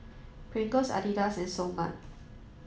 Pringles Adidas and Seoul Mart